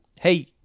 hey